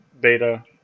beta